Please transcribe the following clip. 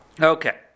Okay